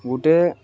ଗୁଟେ